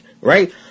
right